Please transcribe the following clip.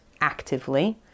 actively